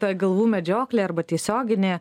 ta galvų medžioklė arba tiesioginė